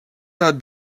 had